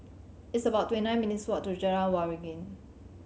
it's about twenty nine minutes' walk to Jalan Waringin